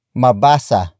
mabasa